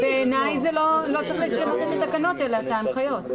בעיניי לא צריך לשנות את התקנות אלא את ההנחיות.